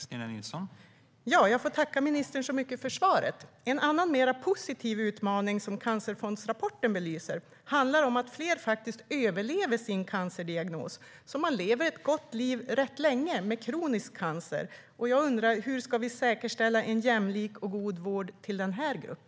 Herr talman! Jag får tacka ministern så mycket för svaret. En annan mer positiv utmaning som Cancerfondsrapporten belyser handlar om att fler faktiskt överlever sin cancerdiagnos och lever ett gott liv rätt länge med kronisk cancer. Jag undrar: Hur ska vi säkerställa en jämlik och god vård för denna grupp?